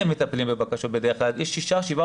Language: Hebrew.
בבקשות בדרך כלל מטפלים שישה-שבעה